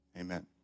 Amen